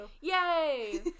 yay